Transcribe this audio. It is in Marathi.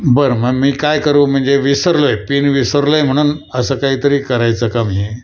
बरं मग मी काय करू म्हणजे विसरलो आहे पिन विसरलो आहे म्हणून असं काहीतरी करायचं का मी हे